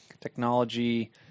technology